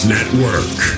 Network